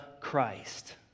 Christ